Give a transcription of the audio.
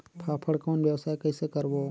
फाफण कौन व्यवसाय कइसे करबो?